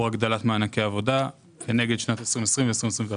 הגדלת מענקי עבודה כנגד שנת 2020 ו-2021.